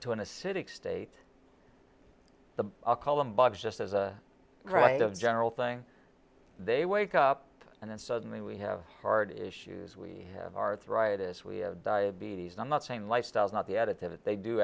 to an acidic state the i'll call them bugs just as a right of general thing they wake up and then suddenly we have heart issues we have arthritis we have diabetes and i'm not saying lifestyle is not the additive that they do